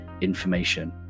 information